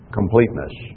completeness